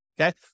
Okay